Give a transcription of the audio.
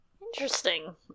Interesting